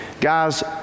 guys